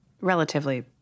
relatively